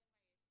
זה מה יש,